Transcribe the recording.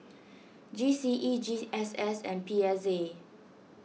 G C E G S S and P S A